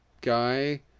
guy